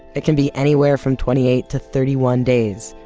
it can be anywhere from twenty eight to thirty one days.